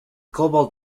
cobalt